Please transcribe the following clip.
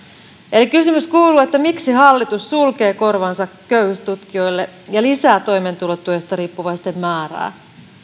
kysymys kuuluu miksi hallitus sulkee korvansa köyhyystutkijoille ja lisää toimeentulotuesta riippuvaisten määrää